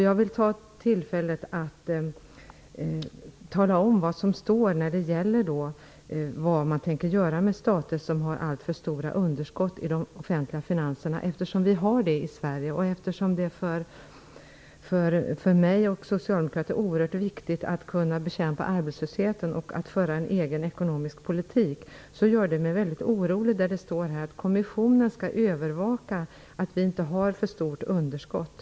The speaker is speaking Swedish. Jag vill ta tillfället i akt att tala om vad som står om stater som har alltför stora underskott i de offentliga finanserna. Det har vi i Sverige. För mig och Socialdemokraterna är det oerhört viktigt att kunna bekämpa arbetslösheten och att föra en egen ekonomisk politik. Därför gör det mig mycket orolig att det står att kommissionen skall övervaka att vi inte har för stort underskott.